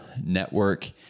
network